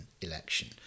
election